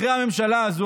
אחרי הממשלה הזו,